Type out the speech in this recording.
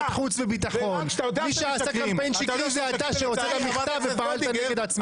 מי שעשה קמפיין שקרי זה אתה שהוצאת מכתב ופעלת כנגד עצמך.